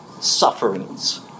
sufferings